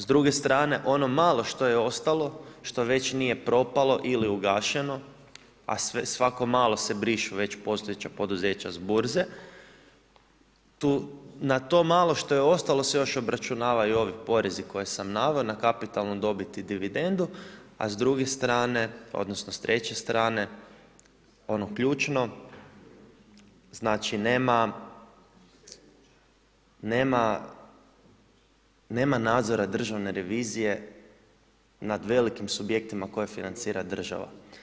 S druge strane ono malo što je ostalo, što već nije propalo ili je ugašeno, a svako malo se brišu već postojeća poduzeća s burze, na to malo što je ostalo se još obračunavaju ovi porezi koje sam naveo na kapitalnu dobit i dividendu, a s treće strane ono ključno znači Znači nema nadzora državne revizije nad velikim subjektima koje financira država.